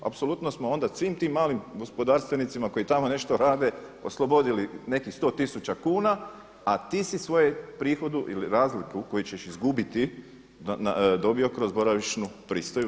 Apsolutno smo onda svim tim malim gospodarstvenicima koji tamo nešto rade oslobodili nekih 100 tisuća kuna, a ti si svoje prihodu ili razliku koju ćeš izgubiti dobio kroz boravišnu pristojbu.